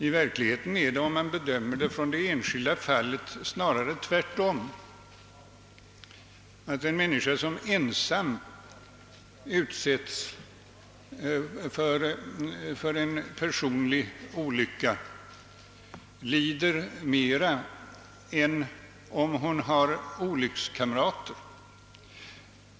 I verkligheten är det, om man bedömer det från synpunkten av det enskilda fallet, snarare tvärtom så, att en människa som ensam utsätts för en personlig olycka lider mera än om hon har olyckskamrater.